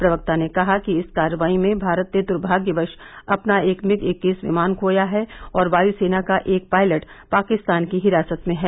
प्रवक्ता ने कहा कि इस कार्रवाई में भारत ने दुर्भाग्यवश अपना एक मिग इक्कीस विमान खोया है और वायु सेना का एक पायलट पाकिस्तान की हिरासत में है